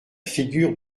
figure